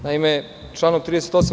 Naime, članom 38.